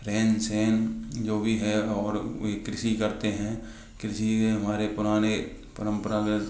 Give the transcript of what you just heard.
रहन सहन जो भी है और वे कृषि करते हैं कृषि में हमारे पुराने परम्परा में